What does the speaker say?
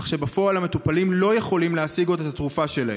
כך שבפועל המטופלים לא יכולים עוד להשיג את התרופה שלהם.